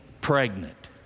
pregnant